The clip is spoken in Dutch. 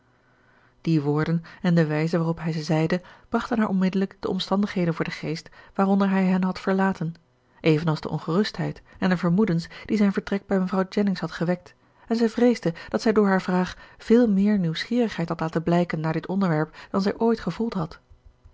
die woorden en de wijze waarop hij ze zeide brachten haar onmiddellijk de omstandigheden voor den geest waaronder hij hen had verlaten evenals de ongerustheid en de vermoedens die zijn vertrek bij mevrouw jennings had gewekt en zij vreesde dat zij door hare vraag veel meer nieuwsgierigheid had laten blijken naar dit onderwerp dan zij ooit gevoeld had